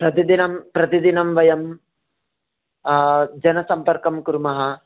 प्रतिदिनं प्रतिदिनं वयं जनसम्पर्कं कुर्मः